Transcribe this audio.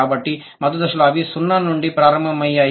కాబట్టి మధ్య దశలో అవి 0 సున్నా నుండి ప్రారంభమయ్యాయి